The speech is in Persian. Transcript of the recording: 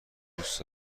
دوست